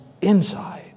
inside